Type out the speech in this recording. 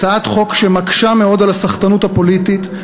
הצעת חוק שמקשה מאוד סחטנות פוליטית,